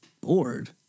Bored